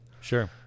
Sure